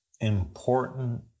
important